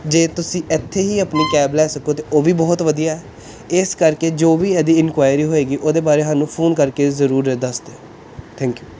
ਜੇ ਤੁਸੀਂ ਇੱਥੇ ਹੀ ਆਪਣੀ ਕੈਬ ਲੈ ਸਕੋ ਤਾਂ ਉਹ ਵੀ ਬਹੁਤ ਵਧੀਆ ਇਸ ਕਰਕੇ ਜੋ ਵੀ ਇਹਦੀ ਇਨਕੁਆਇਰੀ ਹੋਵੇਗੀ ਉਹਦੇ ਬਾਰੇ ਸਾਨੂੰ ਫੋਨ ਕਰਕੇ ਜ਼ਰੂਰ ਇਹ ਦੱਸ ਦਿਓ ਥੈਂਕ ਯੂ